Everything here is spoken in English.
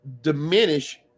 diminish